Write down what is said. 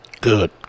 Good